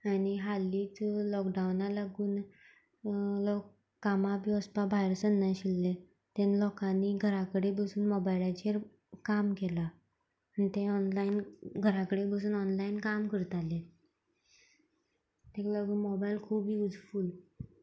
आनी हालींच लॉकडावना लागून लोक कामा बी वसपा भायर सरनाशिल्ले तेन्ना लोकांनी घरा कडेन बसून मोबायलाचेर काम केलां आनी तें ऑनलायन घरा कडेन बसून ऑनलायन काम करताले ताका लागू मोबायल खूब युजफूल